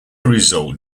result